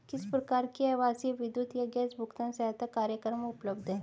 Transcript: किस प्रकार के आवासीय विद्युत या गैस भुगतान सहायता कार्यक्रम उपलब्ध हैं?